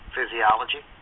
Physiology